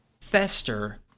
Fester